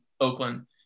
Oakland